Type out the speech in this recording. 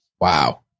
Wow